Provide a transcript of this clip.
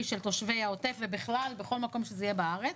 של תושבי העוטף ובכלל בכל מקום שזה יהיה בארץ,